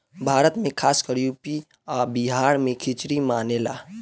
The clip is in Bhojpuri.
भारत मे खासकर यू.पी आ बिहार मे खिचरी मानेला